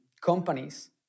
companies